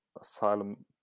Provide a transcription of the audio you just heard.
asylum